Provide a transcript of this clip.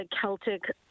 Celtic